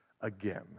again